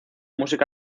música